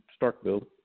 Starkville